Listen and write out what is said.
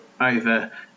over